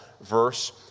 verse